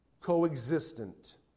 co-existent